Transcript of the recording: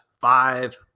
five